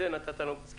על זה נתת לנו סקירה.